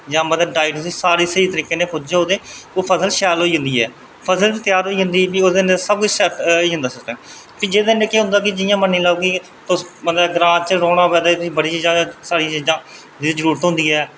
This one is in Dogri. ते मतलब सारी डाईट उसी स्हेई तरीके कन्नै पुज्जग ते ओह् फसल शैल होई जंदी ऐ ते फसल त्यार होई जंदी शैल ते जेह्दे कन्नै केह् होंदा मन्नी लैओ की ते मतलब ग्रांऽ च रौह्ना होऐ ते सारी चीजां मतलब दी जरूरत होंदी ऐ